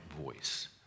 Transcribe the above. voice